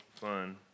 fun